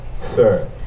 sir